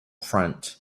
front